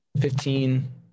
fifteen